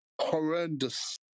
horrendous